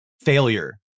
failure